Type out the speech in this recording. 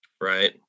Right